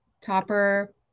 Topper